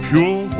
Pure